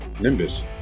Nimbus